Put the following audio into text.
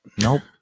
Nope